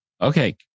Okay